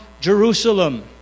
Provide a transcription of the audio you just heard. Jerusalem